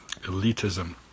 elitism